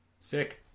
sick